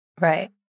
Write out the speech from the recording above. Right